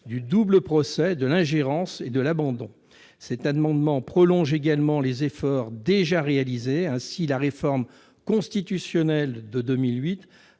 du double procès de l'ingérence et de l'abandon. Il s'agit également de prolonger les efforts déjà réalisés. Ainsi, la réforme constitutionnelle de 2008